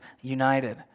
united